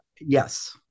Yes